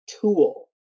tool